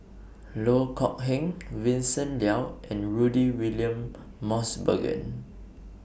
Loh Kok Heng Vincent Leow and Rudy William Mosbergen